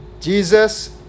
Jesus